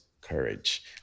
Courage